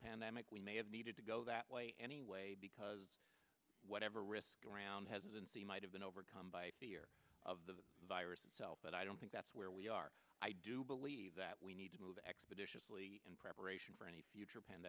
pandemic we may have needed to go that way anyway because whatever risk around has and the might have been overcome by fear of the virus itself but i don't think that's where we are i do believe that we need to move expeditiously in preparation for any future p